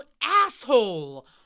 asshole